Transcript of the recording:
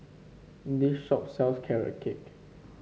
this shop sells Carrot Cake